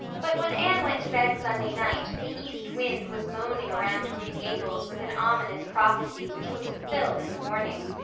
but when anne went to bed sunday night the east wind was moaning around green gables with an ominous prophecy which was fulfilled in the morning.